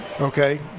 okay